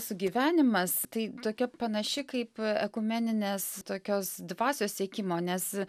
sugyvenimas tai tokia panaši kaip ekumeninės tokios dvasios siekimo nes